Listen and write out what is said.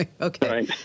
Okay